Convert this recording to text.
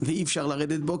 ואי אפשר לרדת בו,